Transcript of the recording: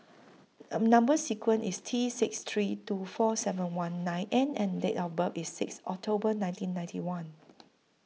Number sequence IS T six three two four seven one nine N and Date of birth IS six October nineteen ninety one